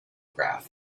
graph